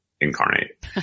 incarnate